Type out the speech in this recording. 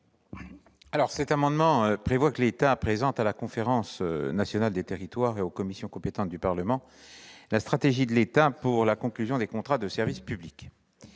auteurs de l'amendement proposent que l'État présente à la Conférence nationale des territoires et aux commissions compétentes du Parlement sa stratégie pour la conclusion des contrats de service public.